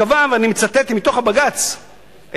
קבע, ואני מצטט את מה שבג"ץ קבע,